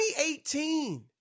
2018